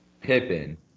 Pippen